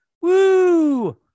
Woo